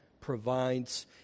provides